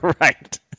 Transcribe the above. Right